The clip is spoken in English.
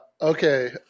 okay